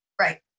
Right